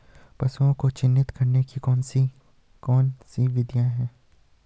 पशुओं को चिन्हित करने की कौन कौन सी विधियां हैं?